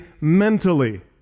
mentally